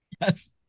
yes